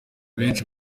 benshi